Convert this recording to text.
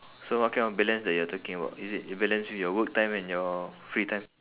so what kind of balance that you're talking about is it your balance with your work time and your free time